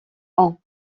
ans